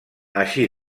així